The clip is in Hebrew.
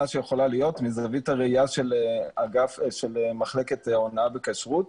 שיכולה להיות מזווית הראייה של מחלקת הונאה בכשרות.